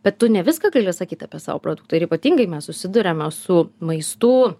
bet tu ne viską gali sakyt apie savo produktą ir ypatingai mes susiduriame su maistu